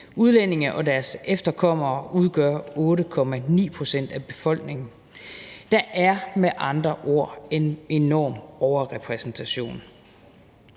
udlændinge og deres efterkommere udgør 8,9 pct. af befolkningen. Der er med andre ord en enorm overrepræsentation.